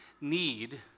need